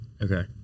Okay